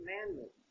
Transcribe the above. Commandments